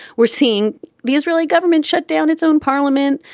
we're seeing the israeli government shut down its own parliament.